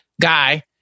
guy